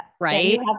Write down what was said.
right